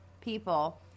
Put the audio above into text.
people